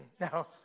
No